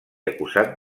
acusat